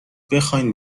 بخواین